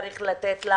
צריך לתת לה